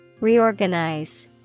Reorganize